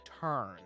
turn